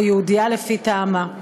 או יהודייה לפי טעמה.